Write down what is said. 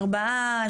ארבעה,